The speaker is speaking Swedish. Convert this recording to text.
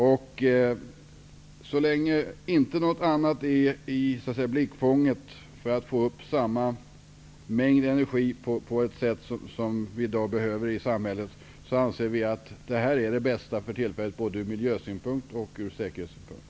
Så länge det inte finns något annat så att säga i blickfånget för att åstadkomma samma mängd energi, anser vi att kärnkraften är det bästa för tillfället, från både miljö och säkerhetssynpunkt.